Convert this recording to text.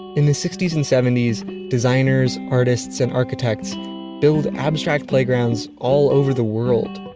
in the sixty s and seventies designers, artists and architects build abstract playgrounds all over the world.